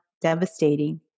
Devastating